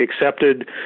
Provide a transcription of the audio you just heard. accepted